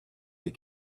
you